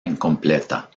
incompleta